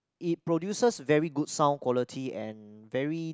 it produces very good sound quality and very